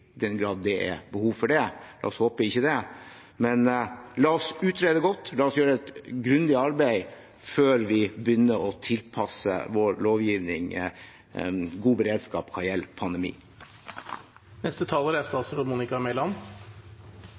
den grad det er behov for det – la oss håpe ikke det. Men la oss utrede godt, la oss gjøre et grundig arbeid før vi begynner å tilpasse vår lovgivning en god beredskap hva gjelder